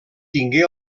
tingué